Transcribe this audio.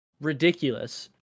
ridiculous